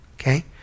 okay